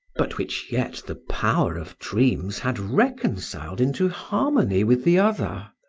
but which yet the power of dreams had reconciled into harmony with the other.